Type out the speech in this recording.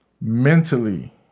Mentally